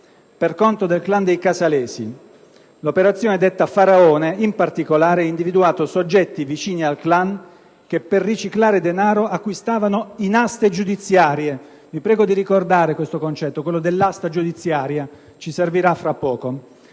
per conto del clan dei casalesi. L'operazione, detta "Faraone", in particolare ha individuato soggetti vicini al clan che, per riciclare denaro, acquistavano proprietà in aste giudiziarie (vi prego di ricordare il concetto dell'asta giudiziaria, che ci servirà fra poco),